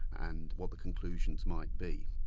and what the conclusions might be.